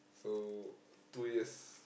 so two years